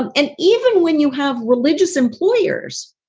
um and even when you have religious employers,